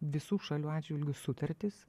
visų šalių atžvilgiu sutartis